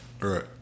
right